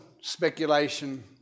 speculation